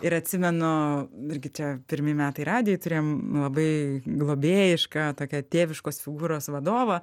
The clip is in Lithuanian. ir atsimenu irgi čia pirmi metai radijui turėjom labai globėjišką tokią tėviškos figūros vadovą